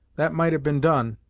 that might have been done,